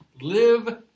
Live